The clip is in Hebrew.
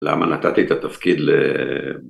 למה נתתי את התפקיד ל...